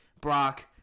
Brock